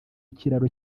ikiraro